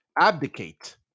Abdicate